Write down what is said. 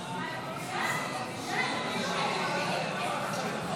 ולכן אני קובע